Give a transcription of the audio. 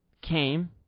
came